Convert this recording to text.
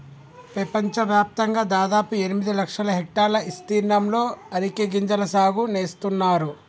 పెపంచవ్యాప్తంగా దాదాపు ఎనిమిది లక్షల హెక్టర్ల ఇస్తీర్ణంలో అరికె గింజల సాగు నేస్తున్నారు